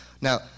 Now